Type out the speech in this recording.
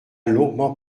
longuement